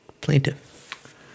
Plaintiff